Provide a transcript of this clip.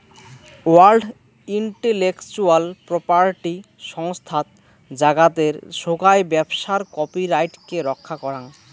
world intellectual property সংস্থাত জাগাতের সোগাই ব্যবসার কপিরাইটকে রক্ষা করাং